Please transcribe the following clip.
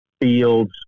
fields